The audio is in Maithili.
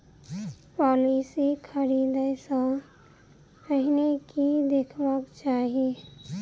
पॉलिसी खरीदै सँ पहिने की देखबाक चाहि?